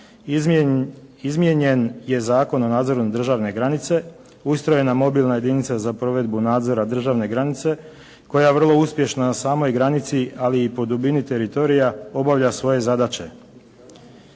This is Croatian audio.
Izmijenjen je Zakon o nadzoru državne granice, ustrojena mobilna jedinica za provedbu nadzora državne granice, koja je vrlo uspješna na samoj granici ali i po dubini teritorija obavlja svoje zadaće.